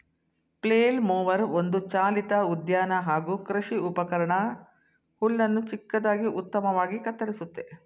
flail mower ಒಂದು ಚಾಲಿತ ಉದ್ಯಾನ ಹಾಗೂ ಕೃಷಿ ಉಪಕರಣ ಹುಲ್ಲನ್ನು ಚಿಕ್ಕದಾಗಿ ಉತ್ತಮವಾಗಿ ಕತ್ತರಿಸುತ್ತೆ